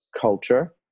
culture